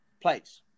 place